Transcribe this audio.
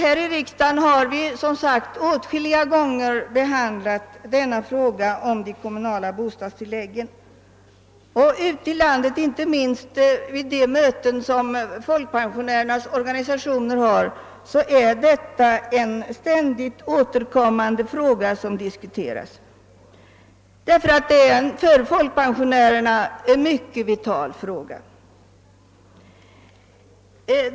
Här i riksdagen har vi som sagt åtskilliga gånger behandlat de kommunala bostadstilläggen, och detta är en ständigt återkommande fråga inte minst vid de möten som folk pensionärernas organisationer anordnar ute i landet. Den är också vital för folkpensionärerna.